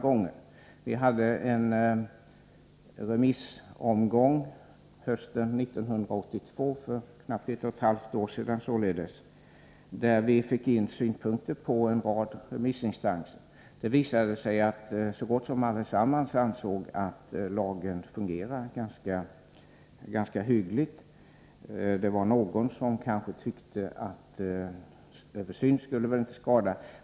Vi hade en remissomgång hösten 1982, för knappt ett och ett halvt år sedan, där vi fick in synpunkter från en rad remissinstanser. Det visade sig att så gott som allesammans ansåg att lagen fungerar hyggligt. Någon tyckte att en översyn inte skulle skada.